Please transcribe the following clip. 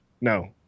no